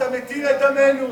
אתה מתיר את דמנו.